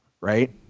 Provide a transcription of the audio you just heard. Right